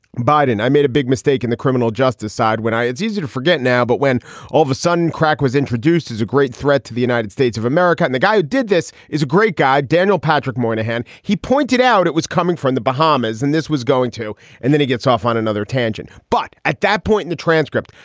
biden i made a big mistake in the criminal justice side when i. it's easy to forget now, but when all of a sudden crack was introduced as a great threat to the united states of america, and the guy who did this is a great guy. daniel patrick moynihan, he pointed out it was coming from the bahamas and this was going to and then he gets off on another tangent. but at that point in the transcript,